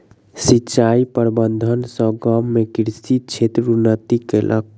सिचाई प्रबंधन सॅ गाम में कृषि क्षेत्र उन्नति केलक